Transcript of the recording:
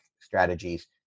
strategies